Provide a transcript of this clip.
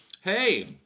Hey